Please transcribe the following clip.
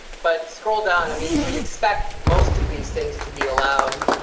but scroll down, i mean, you would expect most of these things to be allowed.